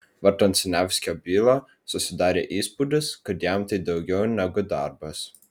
vartant siniavskio bylą susidarė įspūdis kad jam tai daugiau negu darbas